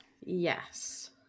Yes